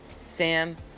Sam